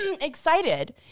excited